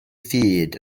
fyd